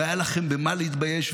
והיה לכם במה להתבייש,